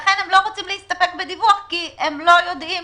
לכן הם לא רוצים להסתפק בדיווח כי הם לא יודעים